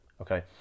okay